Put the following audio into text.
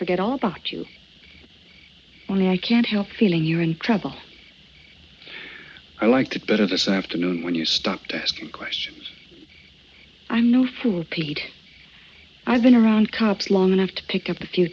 forget all about you only i can't help feeling you're in trouble i liked it better this afternoon when you stopped asking questions i'm no fool peter i've been around cops long enough to pick up a few